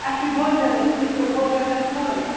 اَسہِ چھِ بودوارِ دۄہ تُہۍ ییٖزیو بودوار دۄہ صُبحٲے